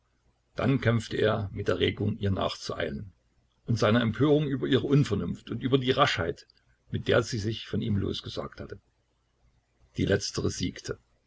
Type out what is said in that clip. dann kämpfte er mit der regung ihr nachzueilen und seiner empörung über ihre unvernunft und über die raschheit mit der sie sich von ihm losgesagt hatte die letztere siegte